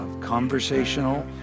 conversational